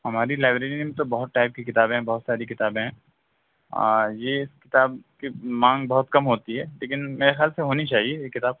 ہماری لائبریری میں بھی تو بہت ٹائپ کی کتابیں ہیں بہت ساری کتابیں ہیں ہاں یہ کتاب کی مانگ بہت کم ہوتی ہے لیکن میرے خیال سے ہونی چاہیے یہ کتاب